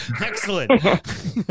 excellent